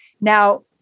Now